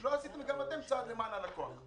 לא עשיתם גם אתם צעד למען הלקוח.